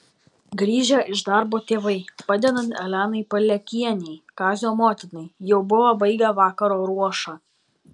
grįžę iš darbo tėvai padedant elenai palekienei kazio motinai jau buvo baigę vakaro ruošą